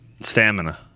stamina